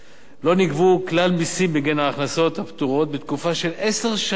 לא נגבו כלל מסים בגין ההכנסות הפטורות בתקופה של עשר שנים,